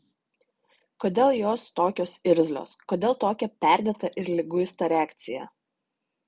kodėl jos tokios irzlios kodėl tokia perdėta ir liguista reakcija